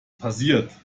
passiert